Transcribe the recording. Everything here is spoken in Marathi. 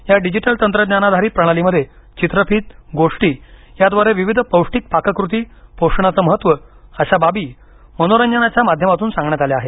या डिजिटल तंत्रज्ञानाधारीत प्रणालीमध्ये चित्रफीत गोष्टी याद्वारे विविध पौष्टिक पाककृती पोषणाचं महत्व अशा बाबी मनोरंजनाच्या माध्यमातून सांगण्यात आल्या आहेत